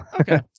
Okay